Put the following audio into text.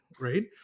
Right